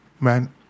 Man